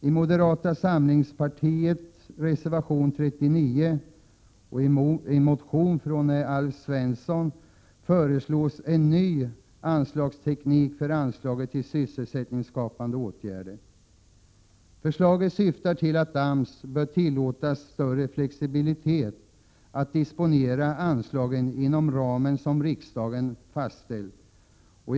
I moderata samlingspartiets reservation 39 och i motion från Alf Svensson föreslås en ny anslagsteknik för anslaget till sysselsättningsskapande åtgärder. Förslaget syftar till att AMS bör tillåtas större flexibilitet att disponera anslagen inom den ram som riksdagen fastställt.